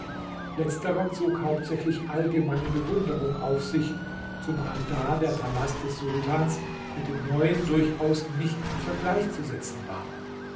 letzterer zog hauptsächlich allgemeine bewunderung auf sich zumal da der palast des sultans mit dem neuen durchaus nicht in vergleich zu setzen war